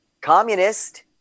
communist